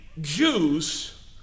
Jews